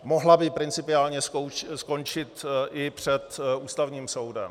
Mohla by principiálně skončit i před Ústavním soudem.